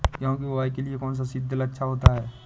गेहूँ की बुवाई के लिए कौन सा सीद्रिल अच्छा होता है?